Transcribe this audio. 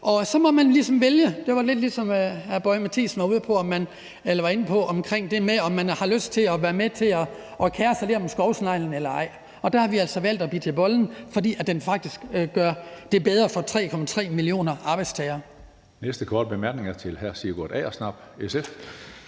Og så må man ligesom vælge. Det var lidt ligesom det, hr. Lars Boje Mathiesen var inde på om det med, om man har lyst til at være med til at kære sig lidt om skovsneglen eller ej. Og der har vi altså valgt at bide til bolle, fordi det faktisk gør det bedre for 3,3 millioner arbejdstagere.